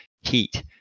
heat